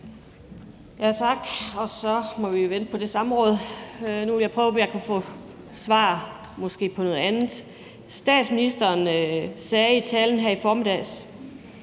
Tak. Så må vi jo vente på det samråd. Nu vil jeg prøve at se, om jeg måske kan få svar på noget andet. Statsministeren sagde i sin tale her i formiddags,